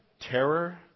terror